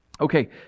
Okay